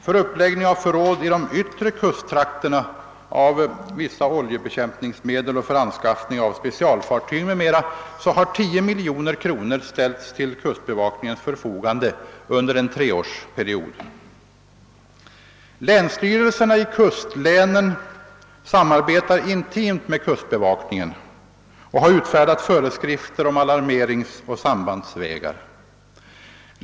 För uppläggning av förråd i de yttre kusttrakterna av vissa oljebekämpningsmedel och för anskaffning av specialfartyg m.m. har 10 miljoner kronor ställts till kustbevakningens förfogande under en treårsperiod. Länsstyrelserna i kustlänen samarbetar intimt med kustbevakningen och har utfärdat föreskrifter om alarmeringsoch sambandsvägar.